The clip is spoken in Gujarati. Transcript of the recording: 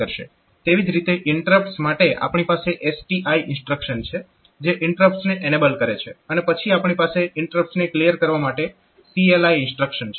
તેવી જ રીતે ઇન્ટરપ્ટસ માટે આપણી પાસે STI ઇન્સ્ટ્રક્શન છે જે ઇન્ટરપ્ટસને એનેબલ કરે છે અને પછી આપણી પાસે ઇન્ટરપ્ટસને ક્લીયર કરવા માટે CLI ઇન્સ્ટ્રક્શન છે